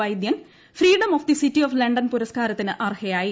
വൈദ്യൻ freedom of the city of London ഫ്റ്രെസ്കാരത്തിന് അർഹയായി